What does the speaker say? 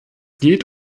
geht